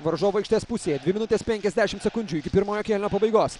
varžovų aikštės pusėje dvi minutės penkiasdešim sekundžių iki pirmojo kėlinio pabaigos